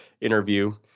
interview